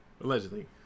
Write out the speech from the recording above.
Allegedly